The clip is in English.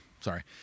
Sorry